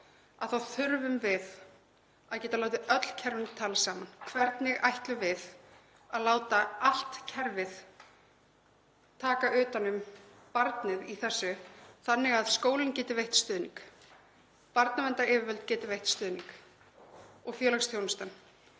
býr þá getum við látið öll kerfin tala saman. Hvernig ætlum við að láta allt kerfið taka utan um barnið í þessu þannig að skólinn geti veitt stuðning, barnaverndaryfirvöld geti veitt stuðning og félagsþjónustan